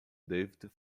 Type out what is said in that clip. david